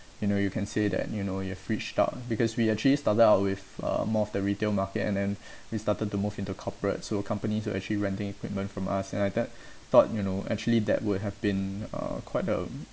you know you can say that you know you have reached out because we actually started out with uh more of the retail market and then we started to move into corporate so companies were actually renting equipment from us and I thought thought you know actually that would have been uh quite a